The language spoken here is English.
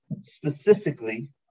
specifically